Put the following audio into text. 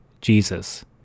Jesus